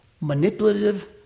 manipulative